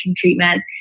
treatment